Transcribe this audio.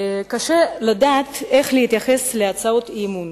קשה לדעת איך להתייחס להצעות האי-אמון